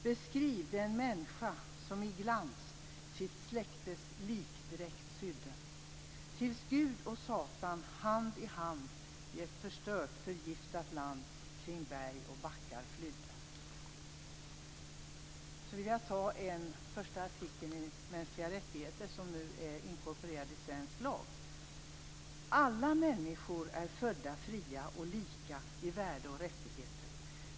Beskriv den människa som i glans sitt släktes likdräkt sydde tills Gud och Satan hand i hand i ett förstört, förgiftat land kring berg och backar flydde. Så vill jag läsa första artikeln om de mänskliga rättigheterna, som nu är inkorporerad i svensk lag: "Alla människor är födda fria och lika i värde och rättigheter.